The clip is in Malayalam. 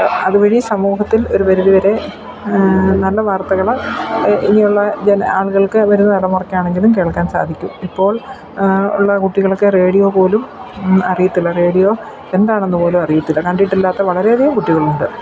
അതുവഴി സമൂഹത്തിൽ ഒരു പരിധിവരെ നല്ല വാർത്തകൾ ഇനിയുള്ള ആളുകൾക്ക് വരുന്ന തലമുറയ്ക്കാണെങ്കിലും കേൾക്കാൻ സാധിക്കും ഇപ്പോൾ ഉള്ള കുട്ടികൾക്ക് റേഡിയോ പോലും അറിയത്തില്ല റേഡിയോ എന്താണെന്നുപോലും അറിയത്തില്ല കണ്ടിട്ടില്ലാത്ത വളരെയധികം കുട്ടികളുണ്ട്